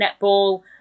netball